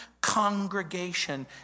congregation